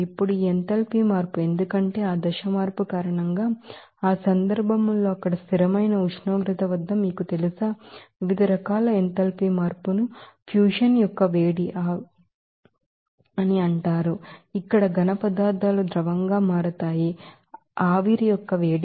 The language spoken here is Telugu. ఇప్పుడు ఈ ఎంథాల్పీ మార్పు ఎందుకంటే ఆ దశ మార్పు కారణంగా ఆ సందర్భంలో అక్కడ స్థిరమైన ఉష్ణోగ్రత వద్ద మీకు తెలుసా వివిధ రకాల ఎంథాల్పీ మార్పును ఫ్యూజన్ యొక్క వేడి అని అంటారు ఇక్కడ సాలిడ్ పదార్థాలు లిక్విడ్ గా మారతాయి ఆవిరి యొక్క వేడి